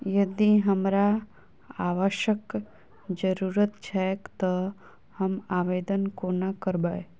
यदि हमरा आवासक जरुरत छैक तऽ हम आवेदन कोना करबै?